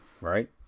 right